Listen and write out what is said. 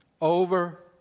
over